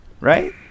Right